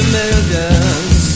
millions